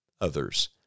Others